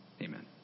Amen